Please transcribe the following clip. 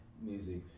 music